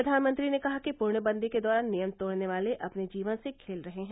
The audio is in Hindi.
प्रधानमंत्री ने कहा कि पूर्णबंदी के दौरान नियम तोड़ने वाले अपने जीवन से खेल रहे हैं